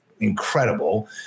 incredible